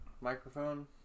microphone